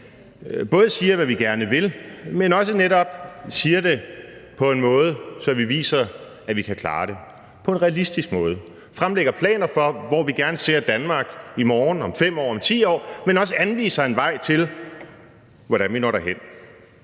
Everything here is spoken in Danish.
at sige, hvad vi gerne vil, men netop også siger det på en måde, så vi viser, at vi kan klare det, på en realistisk måde; nemlig fremlægger planer for, hvor vi gerne ser Danmark i morgen, om 5 år og om 10 år, men også anviser en vej til, hvordan vi når derhen.